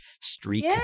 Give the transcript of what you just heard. streak